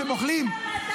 כשאתם אוכלים,